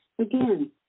Again